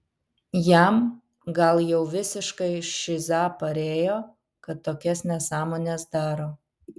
jam gal jau visiškai šiza parėjo kad tokias nesąmones daro